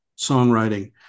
songwriting